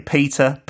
Peter